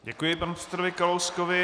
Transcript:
Děkuji panu předsedovi Kalouskovi.